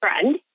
friend